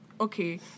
okay